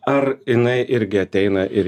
ar jinai irgi ateina ir